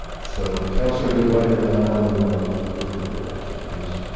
so councillor gutwein and then i want to move on with with reports, please